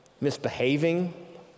misbehaving